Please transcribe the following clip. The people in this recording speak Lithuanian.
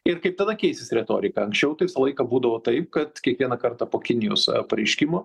ir kaip tada keisis retorika anksčiau tai visą laiką būdavo taip kad kiekvieną kartą po kinijos pareiškimo